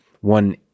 one